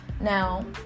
Now